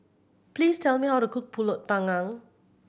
please tell me how to cook Pulut Panggang